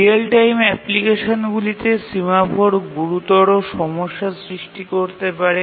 real time অ্যাপ্লিকেশনটিতে semaphore গুরুতর সমস্যা সৃষ্টি করতে পারে